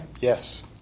Yes